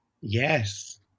Yes